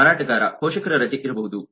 ಮಾರಾಟಗಾರ ಪೋಷಕರ ರಜೆ ಇರಬಹುದು